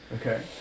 Okay